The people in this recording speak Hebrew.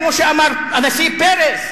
כמו שאמר הנשיא פרס,